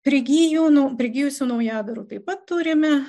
prigijo prigijusių naujadarų taip pat turime